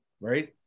right